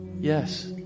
Yes